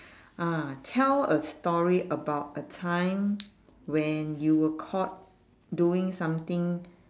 ah tell a story about a time when you were caught doing something